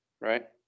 right